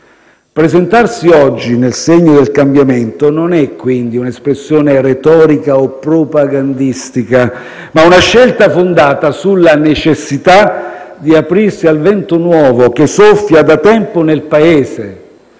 Presentarsi oggi nel segno del cambiamento è quindi non un'espressione retorica o propagandistica, ma una scelta fondata sulla necessità di aprirsi al vento nuovo che soffia da tempo nel Paese